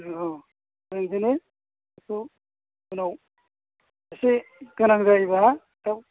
अ ओंखायनो औ उनाव एसे गोनां जायोबा दा